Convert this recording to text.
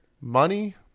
Money